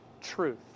truth